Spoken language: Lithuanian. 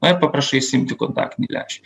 na ir paprašai išsiimti kontaktinį lęšį